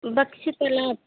बक्शी तलाब